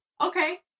okay